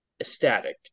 ecstatic